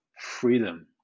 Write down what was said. freedom